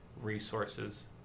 resources